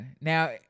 Now